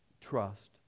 trust